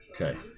Okay